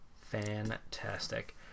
Fantastic